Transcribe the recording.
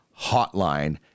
hotline